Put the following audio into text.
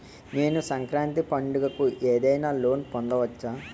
నేను సంక్రాంతి పండగ కు ఏదైనా లోన్ పొందవచ్చా?